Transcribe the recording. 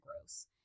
gross